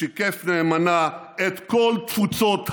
ששיקף נאמנה את כל תפוצות העם.